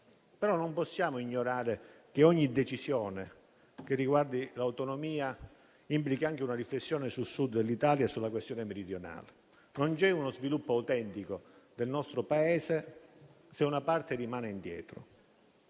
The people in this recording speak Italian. Non possiamo ignorare però che ogni decisione che riguarda l'autonomia implichi anche una riflessione sul Sud dell'Italia e sulla questione meridionale. Non c'è uno sviluppo autentico del nostro Paese, se una parte rimane indietro.